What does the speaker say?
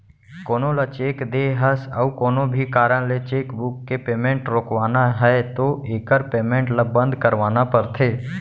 कोनो ल चेक दे हस अउ कोनो भी कारन ले चेकबूक के पेमेंट रोकवाना है तो एकर पेमेंट ल बंद करवाना परथे